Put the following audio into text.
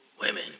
women